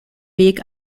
weg